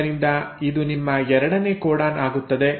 ಆದ್ದರಿಂದ ಇದು ನಿಮ್ಮ ಎರಡನೇ ಕೋಡಾನ್ ಆಗುತ್ತದೆ